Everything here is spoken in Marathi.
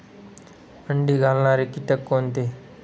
अंडी घालणारे किटक कोणते?